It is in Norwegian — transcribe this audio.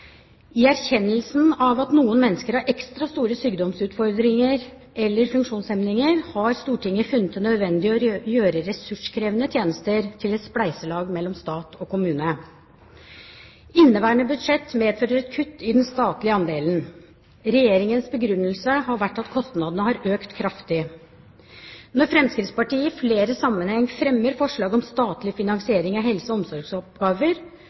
I erkjennelsen av at noen mennesker har ekstra store sykdomsutfordringer eller funksjonshemninger har Stortinget funnet det nødvendig å gjøre ressurskrevende tjenester til et spleiselag mellom stat og kommune. Inneværende budsjett medfører et kutt i den statlige andelen. Regjeringens begrunnelse har vært at kostnadene har økt kraftig. Når Fremskrittspartiet i flere sammenhenger fremmer forslag om statlig finansiering av helse- og omsorgsoppgaver,